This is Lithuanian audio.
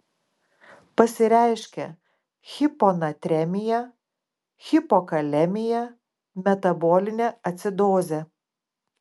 pasireiškia hiponatremija hipokalemija metabolinė acidozė